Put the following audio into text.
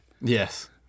Yes